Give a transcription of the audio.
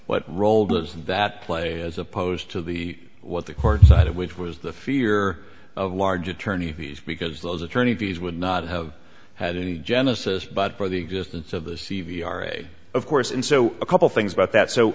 what role does that play as opposed to the what the court decided which was the fear of large attorney fees because those attorney fees would not have had any genesis but by the existence of the c v r a of course and so a couple things about that so